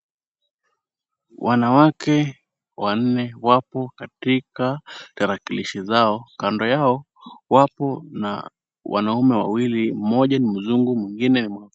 Wanawake wanne wapo katika tarakilishi zao. Kando yao wapo na wanaume wawili. Mmoja ni mzungu mwingine ni mwafrika.